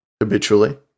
habitually